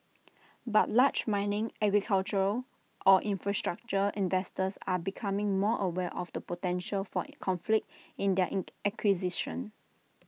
but large mining agricultural or infrastructure investors are becoming more aware of the potential for conflict in their in acquisitions